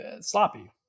sloppy